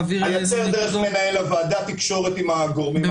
אני אייצר דרך מנהל הוועדה תקשורת עם הגורמים המתאימים.